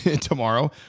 tomorrow